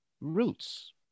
roots